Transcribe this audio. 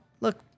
look